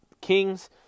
Kings